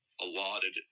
allotted